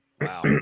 Wow